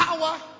Power